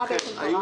מה קרה?